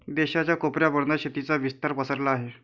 देशाच्या कोपऱ्या पर्यंत शेतीचा विस्तार पसरला आहे